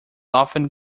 often